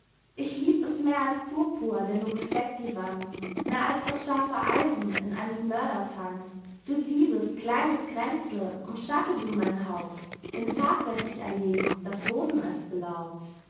ich lieb es mehr als purpur der nur befleckt die wand mehr als das scharfe eisen in eines mörders hand du liebes kleines kränzel umschatte du mein haupt den tag werd ich erleben daß rosen es belaubt